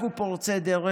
אנחנו פורצי דרך,